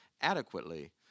adequately